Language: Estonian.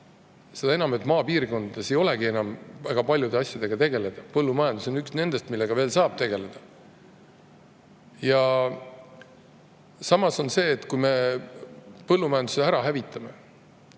seda hullem, et maapiirkondades ei olegi enam väga paljude asjadega tegeleda. Põllumajandus on üks nendest, millega veel saab tegeleda. Samas on see, kui me põllumajanduse ära hävitame